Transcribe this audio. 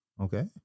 Okay